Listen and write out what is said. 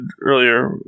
earlier